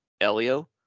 Elio